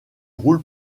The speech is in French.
roule